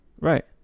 Right